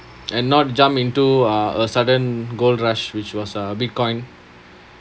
and not jump into uh a sudden gold rush which was uh Bitcoin